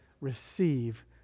receive